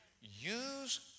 use